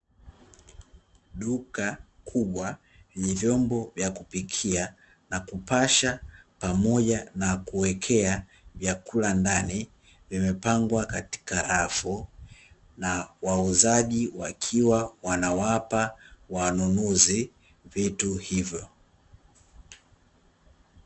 Duka kubwa lenye vyombo vya kupikia na kupasha pamoja na kuekea vyakula ndani, vimepangwa katika rafu na wauzaji wakiwa wanawapa wanunuzi vitu hivyo.